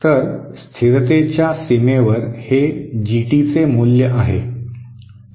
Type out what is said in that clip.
तर स्थिरतेच्या सीमेवर हे जीटीचे मूल्य आहे